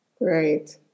right